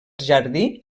jardí